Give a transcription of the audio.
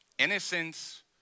Innocence